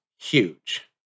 huge